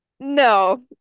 No